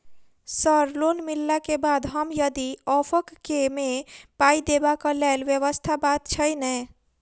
Sir loan मिलला केँ बाद हम यदि ऑफक केँ मे पाई देबाक लैल व्यवस्था बात छैय नै?